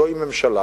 שזו ממשלה